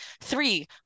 three